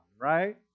right